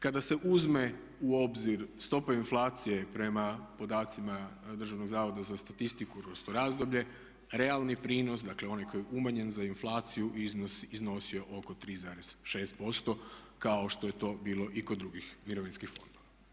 Kada se uzme u obzir stopa inflacije prema podacima Državnog zavoda za statistiku, odnosno razdoblje realni prinosi dakle onaj koji je umanjen za inflaciju iznosio je oko 3,6% kao što je to bilo i kod drugih mirovinskih fondova.